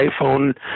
iPhone